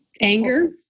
Anger